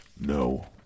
No